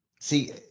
See